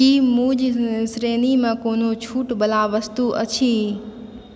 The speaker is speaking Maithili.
की मूज श्रेणीमे कोनो छूट वला वस्तु अछि